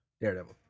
Daredevil